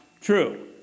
true